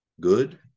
good